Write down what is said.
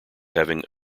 having